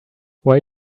why